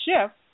shift